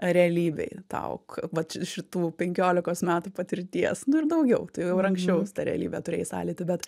realybėj tau k vat šitų penkiolikos metų patirties nu ir daugiau tu jau ir anksčiau su ta realybe turėjai sąlytį bet